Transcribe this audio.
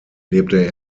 lebte